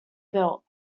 built